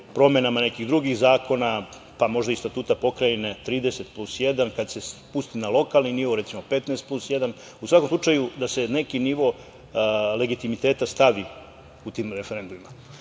promenama nekih drugih zakona, pa možda i statuta pokrajine, 30% plus jedan, kada se spusti na lokalni nivo, recimo, 15% plus jedan, u svakom slučaju, da se neki nivo legitimiteta stavi u tim referendumima.